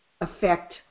affect